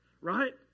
right